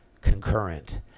concurrent